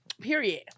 Period